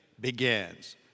begins